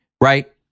right